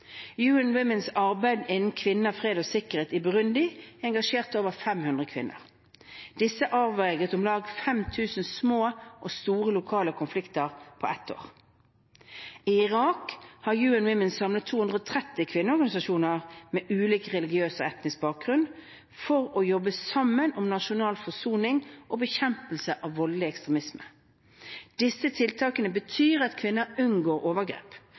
UN Womens arbeid innen kvinner, fred og sikkerhet i Burundi har engasjert over 500 kvinner. Disse avverget om lag 5 000 små og store lokale konflikter på ett år. I Irak har UN Women samlet 230 kvinneorganisasjoner med ulik religiøs og etnisk bakgrunn for å jobbe sammen om nasjonal forsoning og bekjempelse av voldelig ekstremisme. Disse tiltakene betyr at kvinner unngår overgrep,